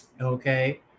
Okay